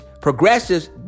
progressives